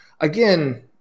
again